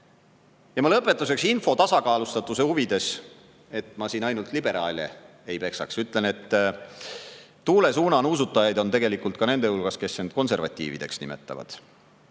lõpetuseks info tasakaalustatuse huvides, et ma siin ainult liberaale ei peksaks, ütlen, et tuule suuna nuusutajaid on tegelikult ka nende hulgas, kes end konservatiivideks nimetavad.